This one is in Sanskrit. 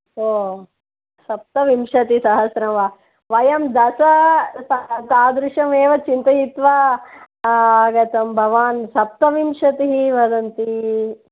ओ सप्तविंशतिसहस्रं वा वयं दश तादृशमेव चिन्तयित्वा आगतं भवान् सप्तविंशतिः वदन्ति